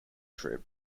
trip